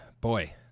Boy